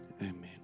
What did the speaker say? amen